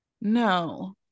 no